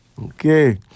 Okay